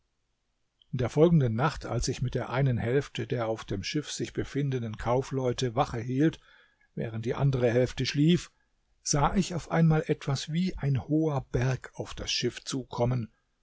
in der folgenden nacht als ich mit der einen hälfte der auf dem schiff sich befindenden kaufleute wache hielt während die andere hälfte schlief sah ich auf einmal etwas wie ein hoher berg auf das schiff zukommen